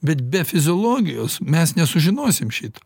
bet be fiziologijos mes nesužinosim šito